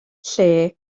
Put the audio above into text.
lle